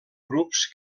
grups